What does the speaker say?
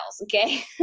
Okay